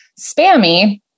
spammy